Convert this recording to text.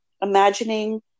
imagining